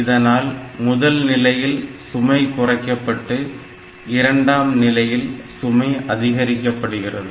இதனால் முதல் நிலையில் சுமை குறைக்கப்பட்டு இரண்டாம் நிலையில் சுமை அதிகரிக்கப்படுகிறது